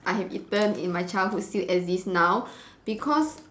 I have eaten in my childhood still exist now because